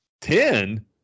Ten